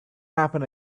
happen